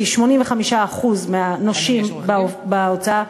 כי 85% מהנושים בהוצאה,